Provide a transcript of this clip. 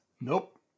Nope